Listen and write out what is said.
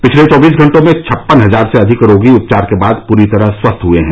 पिछले चौबीस घंटों में छप्पन हजार से अधिक रोगी उपचार के बाद पूरी तरह स्वस्थ हुए हैं